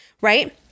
right